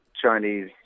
Chinese